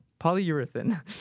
Polyurethane